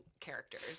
characters